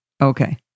Okay